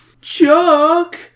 Chuck